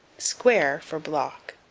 square for block.